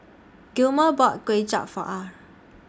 Gilmore bought Kway Chap For Ah